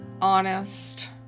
honest